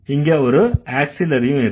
இங்க ஒரு ஆக்ஸிலரியும் இருக்கு